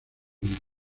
unidos